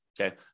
okay